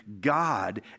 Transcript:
God